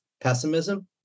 pessimism